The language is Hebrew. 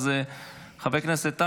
אז חבר הכנסת טייב,